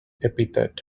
epithet